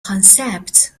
concept